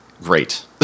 great